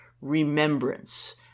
remembrance